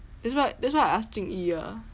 that's why that's why I ask jing yi ah